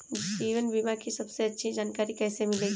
जीवन बीमा की सबसे अच्छी जानकारी कैसे मिलेगी?